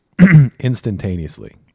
instantaneously